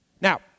Now